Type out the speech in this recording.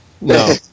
No